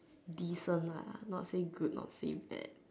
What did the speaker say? decent ah not say good not say bad